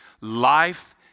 life